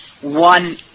one